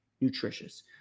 nutritious